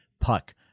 Puck